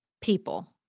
people